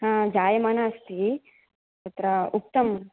आम् जायमाना अस्ति तत्र उक्तम्